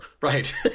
right